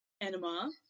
Enema